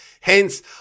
Hence